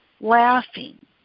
laughing